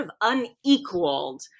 unequaled